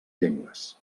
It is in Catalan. llengües